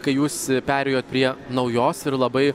kai jūs perėjot prie naujos ir labai